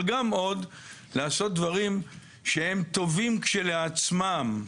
אבל גם לעשות עוד דברים שהם טובים כשלעצמם.